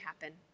happen